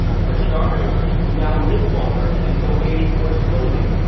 for starters, we now live longer, and so age more slowly.